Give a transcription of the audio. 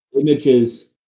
images